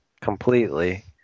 completely